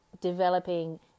developing